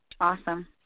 Awesome